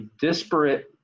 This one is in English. disparate